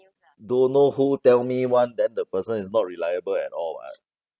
don't know who tell me [one] then the person is not reliable at all [what]